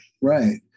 Right